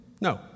No